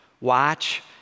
Watch